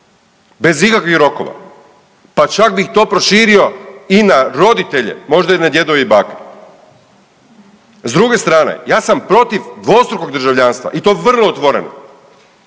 bez ikakvih rokova, pa čak bih to proširio i na roditelje, možda i na djedove i bake. S druge strane, ja sam protiv dvostrukog državljanstva i to vrlo otvoreno.